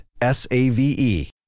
S-A-V-E